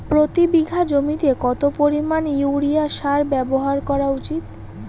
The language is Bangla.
প্রতি বিঘা জমিতে কত পরিমাণ ইউরিয়া সার ব্যবহার করা উচিৎ?